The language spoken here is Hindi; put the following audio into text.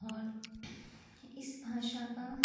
और इस भाषा का